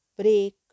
break